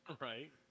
Right